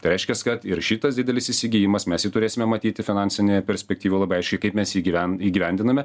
tai reiškias kad ir šitas didelis įsigijimas mes jį turėsime matyti finansinėje perspektyvoj labai aiškiai kaip mes jį įgyven įgyvendiname